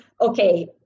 Okay